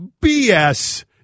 BS